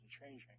changing